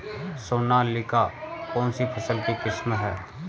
सोनालिका कौनसी फसल की किस्म है?